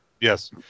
Yes